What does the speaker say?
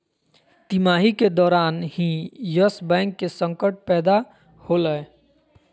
तिमाही के दौरान ही यस बैंक के संकट पैदा होलय